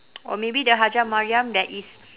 or maybe the hajjah mariam there is